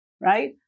right